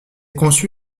conçu